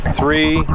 three